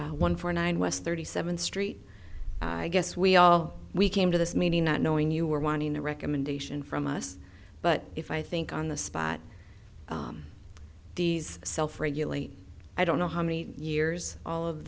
crater one for nine west thirty seventh street i guess we all we came to this meeting not knowing you were wanting a recommendation from us but if i think on the spot these self regulate i don't know how many years all of